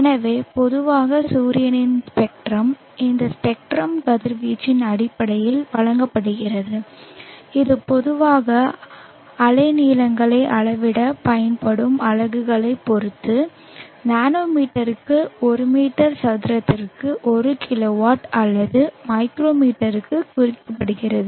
எனவே பொதுவாக சூரியனின் ஸ்பெக்ட்ரம் இந்த ஸ்பெக்ட்ரல் கதிர்வீச்சின் அடிப்படையில் வழங்கப்படுகிறது இது பொதுவாக அலைநீளங்களை அளவிட பயன்படும் அலகுகளைப் பொறுத்து நானோமீட்டருக்கு ஒரு மீட்டர் சதுரத்திற்கு ஒரு கிலோவாட் அல்லது மைக்ரோமீட்டருக்கு குறிக்கப்படுகிறது